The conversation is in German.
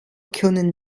können